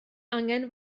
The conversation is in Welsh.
angen